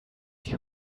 die